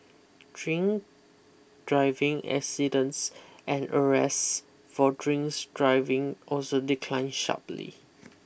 drink driving accidents and arrests for drinks driving also declined sharply